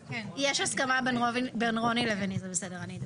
יש הסכמה בין רוני לביני, זה בסדר, אני אדבר.